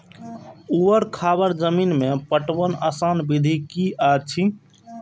ऊवर खावर जमीन में पटवनक आसान विधि की अछि?